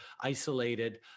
isolated